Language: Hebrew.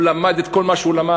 והוא למד את כל מה שהוא למד.